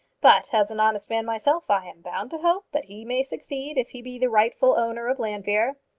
but as an honest man myself, i am bound to hope that he may succeed if he be the rightful owner of llanfeare.